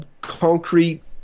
concrete